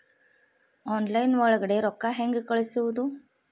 Online ಒಳಗಡೆ ರೊಕ್ಕ ಹೆಂಗ್ ಕಳುಹಿಸುವುದು?